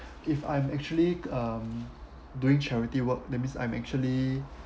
if I'm actually um doing charity work that means I'm actually